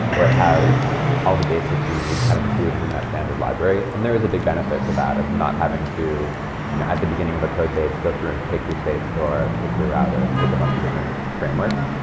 where it has all the basics you need kind of included in that standard library. and there is a big benefit to that of not having to you know at the beginning of a codebase, go through and take your state store, pick your router and pick a bunch of different frameworks.